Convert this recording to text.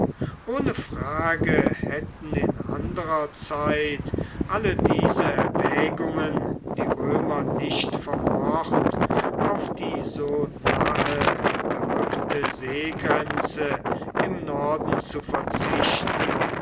ohne frage hätten in anderer zeit alle diese erwägungen die römer nicht vermocht auf die so nahe gerückte seegrenze im norden zu verzichten